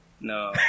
No